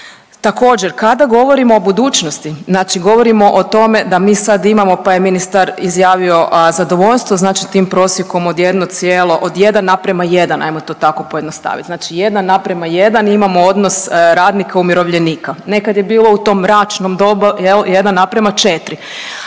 Također, kada govorimo o budućnosti znači govorimo o tome da mi sad imamo pa je ministar izjavio zadovoljstvo znači tim prosjekom od 1 cijelo od 1:1 ajmo to tako pojednostaviti. Znači 1:1 imamo odnos radnika umirovljenika, nekad je bilo u tom mračnom dobu jel 1:4, ali